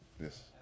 yes